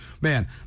man